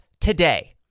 today